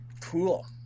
Cool